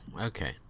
Okay